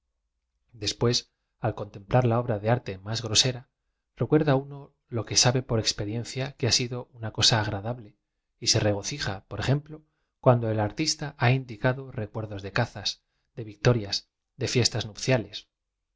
después al contemplar la obra de arte más g r o sera recuerda uno lo que sabe por experiencia que ha sido una cosa agradable y se regocija por ejem plo cuando el artista ha indicado recuerdos de cazas de victorias do fiestas nupciales